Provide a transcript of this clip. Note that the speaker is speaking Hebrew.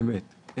אמת.